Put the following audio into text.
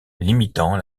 limitant